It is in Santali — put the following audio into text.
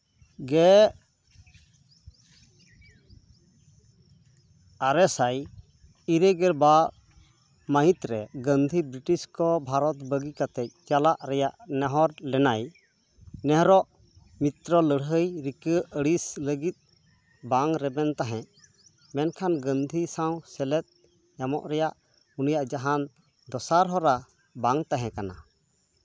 ᱜᱮᱞ ᱟᱨᱮ ᱥᱟᱭ ᱤᱨᱟᱹᱞ ᱜᱮᱵᱟᱨ ᱥᱟᱹᱦᱤᱛ ᱨᱮ ᱜᱟᱱᱫᱷᱤ ᱵᱨᱤᱴᱤᱥ ᱠᱚ ᱵᱷᱟᱨᱚᱛ ᱵᱟᱹᱜᱤ ᱠᱟᱛᱮᱫ ᱪᱟᱞᱟᱜ ᱨᱮᱭᱟᱜ ᱱᱮᱦᱚᱨ ᱞᱮᱱᱟᱭ ᱱᱮᱦᱚᱨᱚᱜ ᱢᱤᱛᱨᱚ ᱞᱟᱹᱲᱦᱟᱹᱭ ᱨᱤᱠᱟᱹ ᱟᱹᱲᱤᱥ ᱞᱟᱹᱜᱤᱫ ᱵᱟᱝ ᱨᱮᱵᱮᱱ ᱛᱟᱦᱮᱫ ᱢᱮᱱᱠᱷᱟᱱ ᱜᱟᱹᱱᱫᱷᱤ ᱥᱟᱶ ᱥᱮᱞᱮᱫ ᱧᱟᱢᱚᱜ ᱨᱮᱭᱟᱜ ᱩᱱᱤᱭᱟᱜ ᱡᱟᱦᱟᱱ ᱫᱚᱥᱟᱨ ᱦᱚᱨᱟ ᱵᱟᱝ ᱛᱟᱦᱮᱸ ᱠᱟᱱᱟ